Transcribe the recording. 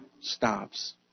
stops